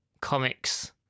comics